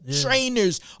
trainers